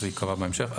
וזה ייקבע בהמשך,